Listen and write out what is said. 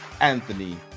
Anthony